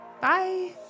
Bye